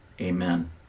Amen